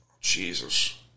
Jesus